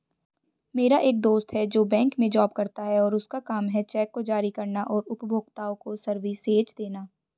मेरा एक दोस्त है जो बैंक में जॉब करता है और उसका काम है चेक को जारी करना और उपभोक्ताओं को सर्विसेज देना